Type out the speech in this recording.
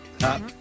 hop